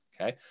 Okay